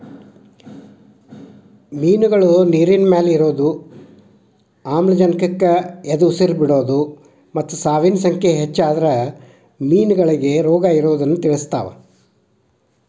ಮಿನ್ಗಳು ನೇರಿನಮ್ಯಾಲೆ ಇರೋದು, ಆಮ್ಲಜನಕಕ್ಕ ಎದಉಸಿರ್ ಬಿಡೋದು ಮತ್ತ ಸಾವಿನ ಸಂಖ್ಯೆ ಹೆಚ್ಚಾದ್ರ ಮೇನಗಳಿಗೆ ರೋಗಇರೋದನ್ನ ತಿಳಸ್ತಾವ